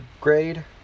grade